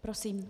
Prosím.